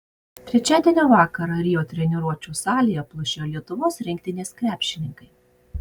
trečiadienio vakarą rio treniruočių salėje plušėjo lietuvos rinktinės krepšininkai